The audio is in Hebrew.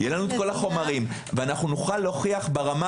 יהיו לנו כל החומרים ונוכל להוכיח ברמה